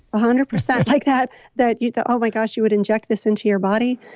hundred percent like that that you thought, oh my gosh, you would inject this into your body?